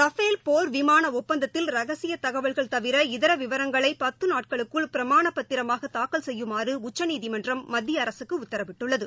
Rafale போர் விமான ஒப்பந்தத்தில் ரகசிய தகவல்கள் தவிர இதர விவரங்களை பத்து நாட்களுக்குள் பிரமாணப் பத்திரமாக தாக்கல் செய்யுமாறு உச்சநீதிமன்றம் மத்திய அரசுக்கு உத்தரவிட்டுள்ளது